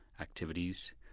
activities